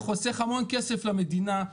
זה חוסך המון כסף למדינה,